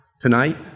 tonight